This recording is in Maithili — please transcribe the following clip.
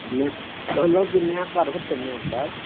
नहि कहलहुॅं की मैप आर होत्तइ मैप आर